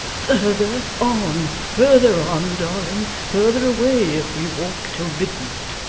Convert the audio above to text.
further on, further on, darling, further away if we walk till midnight